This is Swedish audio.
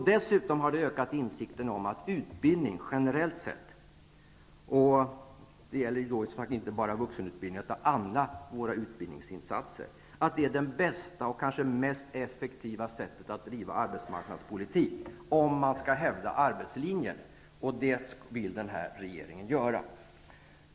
Insikten har också ökat om att utbildning generellt sett, och det gäller inte bara vuxenutbildningen utan alla våra utbildningsinsatser, är det bästa och kanske det mest effektiva sättet att bedriva arbetsmarknadspolitik om man skall hävda arbetslinjen, och det vill denna regering göra.